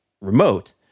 remote